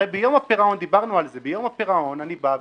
הרי ביום הפירעון דיברנו על זה אני בא,